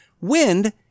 Wind